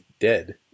dead